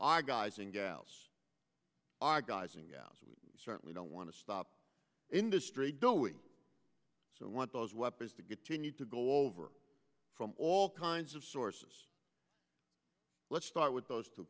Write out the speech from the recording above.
our guys and gals our guys and gals we certainly don't want to stop industry doing so i want those weapons to get to need to go over from all kinds of sources let's start with those two